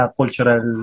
cultural